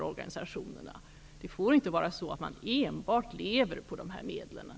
Organisationerna skall inte enbart leva på dessa medel.